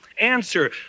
answer